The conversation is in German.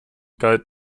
galt